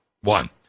One